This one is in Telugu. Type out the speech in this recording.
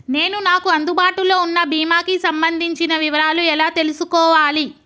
నేను నాకు అందుబాటులో ఉన్న బీమా కి సంబంధించిన వివరాలు ఎలా తెలుసుకోవాలి?